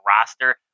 roster